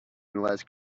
unless